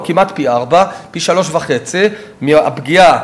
או כמעט פי-ארבעה, פי-שלושה וחצי מהפגיעה.